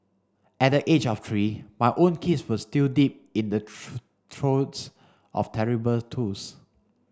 at the age of three my own kids were still deep in the throes of terrible twos